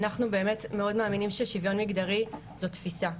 אנחנו באמת מאוד מאמינים ששוויון מגדרי זאת תפיסה.